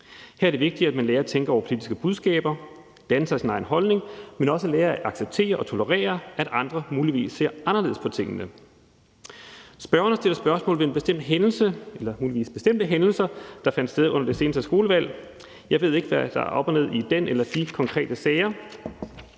Her er det vigtigt, at man lærer at tænke over kritiske budskaber, danne sig sin egen holdning, men også lære at acceptere og tolerere, at andre muligvis ser anderledes på tingene. Forespørgerne sætter spørgsmålstegn ved bestemte hændelser, der fandt sted under det seneste skolevalg. Jeg ved ikke, hvad der er op og ned i den eller de konkrete sager,